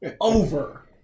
over